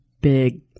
big